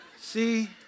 See